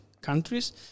countries